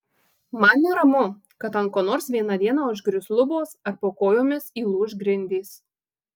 man neramu kad ant ko nors vieną dieną užgrius lubos ar po kojomis įlūš grindys